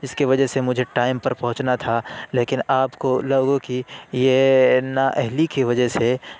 جس کی وجہ سے مجھے ٹائم پر پہنچنا تھا لیکن آپ کو لوگوں کی یہ نا اہلی کی وجہ سے